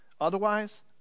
Otherwise